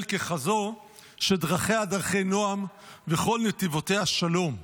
ככזו שדרכיה דרכי נועם וכל נתיבותיה שלום.